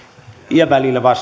ja välillä